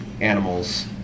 animals